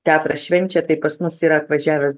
teatras švenčia tai pas mus yra atvažiavęs